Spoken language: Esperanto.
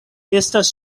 estas